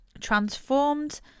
Transformed